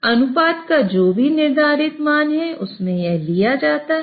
अनुपात का जो भी निर्धारित मान है उसमें यह लिया जाता है